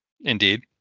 indeed